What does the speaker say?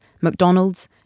McDonald's